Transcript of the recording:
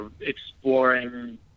exploring